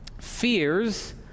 Fears